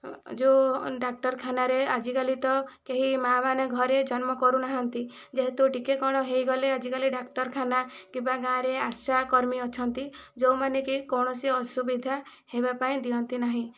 ଯେଉଁ ଡାକ୍ତରଖାନାରେ ଆଜିକାଲି ତ କେହି ମା' ମାନେ ଘରେ ଜନ୍ମ କରୁନାହାନ୍ତି ଯେହେତୁ ଟିକିଏ କ'ଣ ହୋଇଗଲେ ଆଜିକାଲି ଡାକ୍ତରଖାନା କିମ୍ବା ଗାଁରେ ଆଶା କର୍ମୀ ଅଛନ୍ତି ଯେଉଁମାନେ କି କୌଣସି ଅସୁବିଧା ହେବା ପାଇଁ ଦିଅନ୍ତି ନାହିଁ